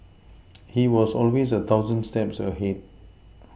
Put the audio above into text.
he was always a thousand steps ahead